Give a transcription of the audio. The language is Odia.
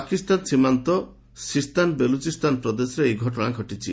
ପାକିସ୍ତାନ ସୀମାନ୍ତ ସିସ୍ତାନ ବେଲୁଚିସ୍ତାନ ପ୍ରଦେଶରେ ଏହି ଘଟଣା ଘଟିଛି